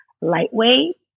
lightweight